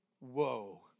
whoa